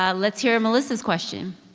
ah let's hear melissa's question